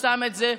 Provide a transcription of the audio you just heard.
ששם את זה,